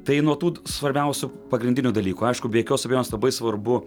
tai nuo tų svarbiausių pagrindinių dalykų aišku be jokios abejonės labai svarbu